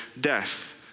death